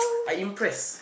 I impressed